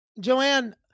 Joanne